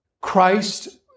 Christ